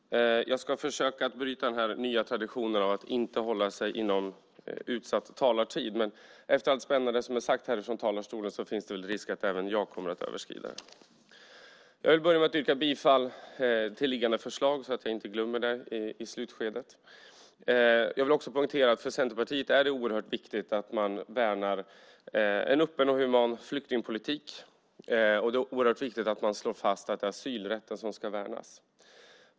Herr talman! Jag ska försöka bryta den nya traditionen att inte hålla sig inom utsatt talartid. Men efter allt spännande som har sagts från talarstolen finns det risk att även jag kommer att överskrida den. Jag vill börja med att yrka bifall till föreliggande förslag så att jag inte glömmer det i slutskedet. Jag vill också poängtera att det för Centerpartiet är oerhört viktigt att man värnar en öppen och human flyktingpolitik. Det är oerhört viktigt att slå fast att det är asylrätten som ska värnas.